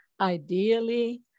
Ideally